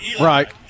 right